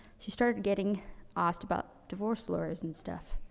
she started getting asked about divorce lawyers and stuff.